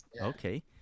Okay